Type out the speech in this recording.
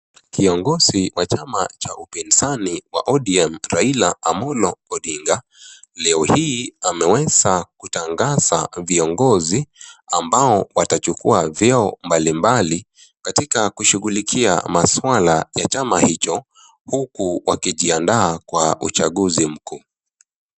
Kiongozi wa chama cha upinzani wa ODM Raila Amollo Odinga leo hii ameweza kutangaza viongozi ambao watachukua vyeo mbalimbali katika kushughulikia masuala ya chama hicho huku wakijiandaa kwa uchaguzi mkuu.